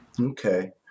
Okay